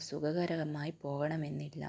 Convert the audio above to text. സുഖകരകമായി പോവണമെന്നില്ല